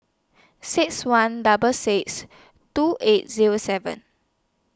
six one double six two eight Zero seven